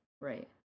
Right